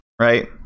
right